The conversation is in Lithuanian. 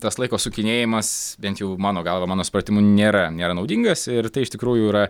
tas laiko sukinėjimas bent jau mano galva mano supratimu nėra nėra naudingas ir tai iš tikrųjų yra